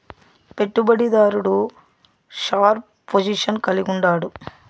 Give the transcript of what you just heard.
పెట్టుబడి దారుడు sharp position కలిగుండాడు